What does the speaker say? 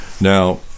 now